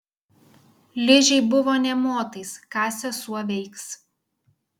ližei buvo nė motais ką sesuo veiks